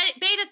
Beta